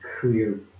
clear